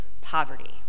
poverty